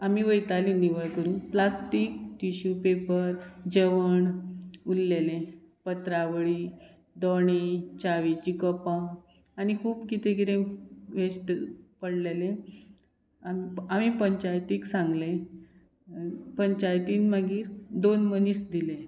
आमी वयतालीं निवळ करून प्लास्टीक टिश्यू पेपर जेवण उरलेलें पत्रावळी दोणे चावेचीं कपां आनी खूब कितें कितें वेस्ट पडलेलें आमी पंचायतीक सांगले पंचायतीन मागीर दोन मनीस दिले